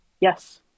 Yes